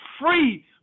free